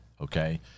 Okay